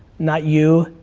not you,